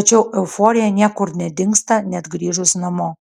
tačiau euforija niekur nedingsta net grįžus namo